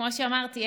כמו שאמרתי,